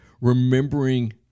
remembering